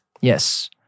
Yes